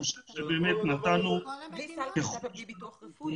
אבל בלי סל קליטה ובלי ביטוח רפואי.